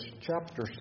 chapter